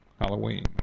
Halloween